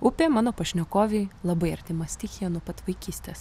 upė mano pašnekovei labai artima stichija nuo pat vaikystės